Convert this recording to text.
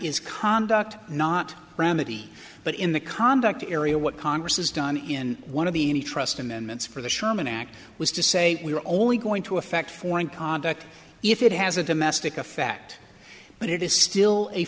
is conduct not remedy but in the conduct area what congress has done in one of the many trust amendments for the sherman act was to say we are only going to affect foreign conduct if it has a domestic effect but it is still a